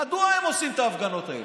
מדוע הם עושים את ההפגנות האלה?